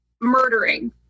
murdering